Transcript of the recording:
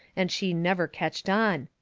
and she never ketched on.